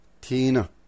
Tina